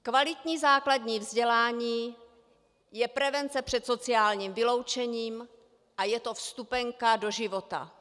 Kvalitní základní vzdělání je prevence před sociálním vyloučením a je to vstupenka do života.